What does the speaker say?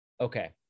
okay